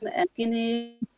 skinny